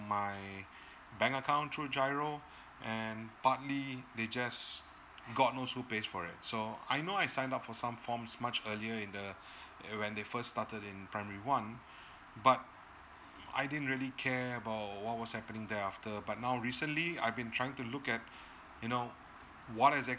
my bank account through giro and partly they just god knows who pays for it so I know I sign up for some forms much earlier in the err when they first started in primary one but I didn't really care about what was happening there after but now recently I've been trying to look at you know what exactly